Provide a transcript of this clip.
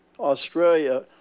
Australia